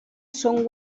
són